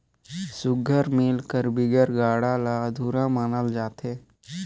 सुग्घर मेल कर बिगर गाड़ा ल अधुरा मानल जाथे